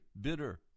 bitter